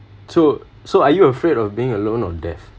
so so are you afraid of being alone or death